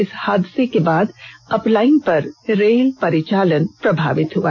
इस हादसे के बाद अपलाईन पर रेल परिचालन प्रभावित हुआ